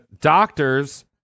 doctors